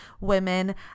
women